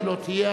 היא לא תהיה,